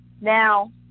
Now